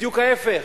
בדיוק ההיפך.